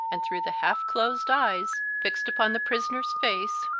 and through the half-closed eyes, fixed upon the prisoner's face,